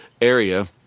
area